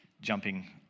jumping